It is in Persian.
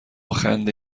خنده